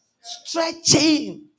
Stretching